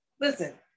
listen